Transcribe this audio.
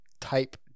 type